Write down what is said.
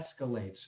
escalates